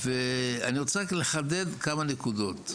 ואני רוצה רק לחדד כמה נקודות.